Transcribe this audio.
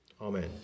Amen